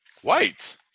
White